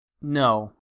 No